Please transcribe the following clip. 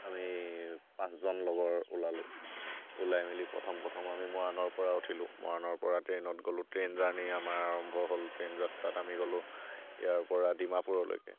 আমি পাঁচজন লগৰ ওলালোঁ ওলাই মেলি প্ৰথম প্ৰথম আমি মৰাণৰপৰা উঠিলোঁ মৰাণৰপৰা ট্ৰেইনত গ'লো ট্ৰেইন জাৰ্ণি আমাৰ আৰম্ভ হ'ল ট্ৰেইন যাত্ৰাত আমি গ'লো ইয়াৰপৰা ডিমাপুৰলৈকে